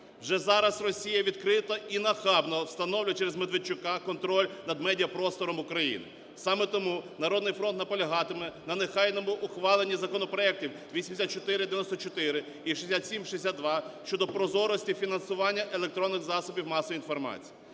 Вже зараз Росія відкрито і нахабно встановлює через Медведчука контроль над медіапростором України. Саме тому "Народний фронт" наполягатиме на негайному ухваленні законопроектів 8494 і 6762 щодо прозорості фінансування електронних засобів масової інформації.